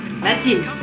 Mathilde